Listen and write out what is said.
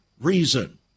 reason